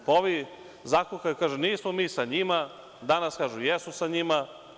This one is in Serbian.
Pa, ovi zakukaju, kažu, nismo mi sa njima, danas kažu jesu sa njima.